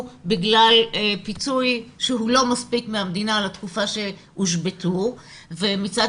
בגלל פיצוי שהוא לא מספיק מהמדינה לתקופה שהם הושבתו ומצד